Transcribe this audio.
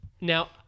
Now